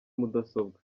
mudasobwa